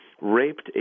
raped